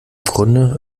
grunde